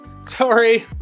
sorry